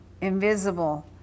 invisible